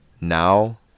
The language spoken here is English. now